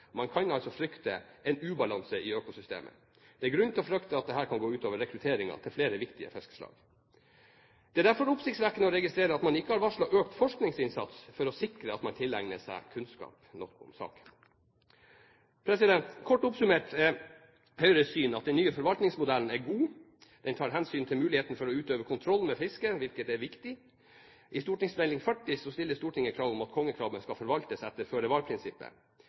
Man kan altså frykte en ubalanse i økosystemet. Det er grunn til å frykte at dette kan gå ut over rekrutteringen til flere viktige fiskeslag. Det er derfor oppsiktsvekkende å registrere at man ikke har varslet økt forskningsinnsats for å sikre at man tilegner seg nok kunnskap om saken. Kort oppsummert er Høyres syn at den nye forvaltningsmodellen er god. Den tar hensyn til muligheten for å utøve kontroll med fisket, hvilket er viktig. Ved behandlingen av St.meld. nr. 40 stilte Stortinget krav om at kongekrabben skal forvaltes etter